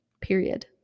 Period